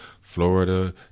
Florida